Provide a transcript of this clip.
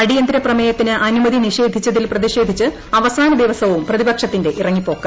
അടിയ്കന്തര പ്രമേയത്തിന് അനുമതി നിഷേധിച്ചതിൽ പ്രതിഷ്കേധ്യിച്ച് അവസാന ദിവസവും പ്രതിപക്ഷത്തിന്റെ ഇറ്റങ്ങിപ്പോക്ക്